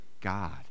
God